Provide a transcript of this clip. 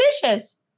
delicious